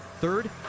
Third